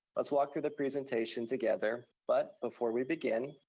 let's walk through the presentation together, but before we begin,